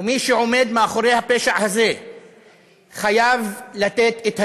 ומי שעומד מאחורי הפשע הזה חייב לתת את הדין.